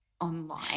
online